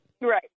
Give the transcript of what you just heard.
right